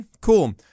cool